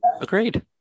agreed